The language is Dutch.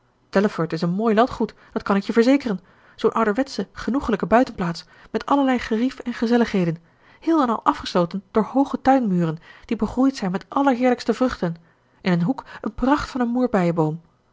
delaford is een mooi landgoed dat kan ik je verzekeren zoo'n ouderwetsche genoegelijke buitenplaats met allerlei gerief en gezelligheden heel en al afgesloten door hooge tuinmuren die begroeid zijn met allerheerlijkste vruchten en in een hoek een pracht van een moerbeienboom